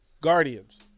Guardians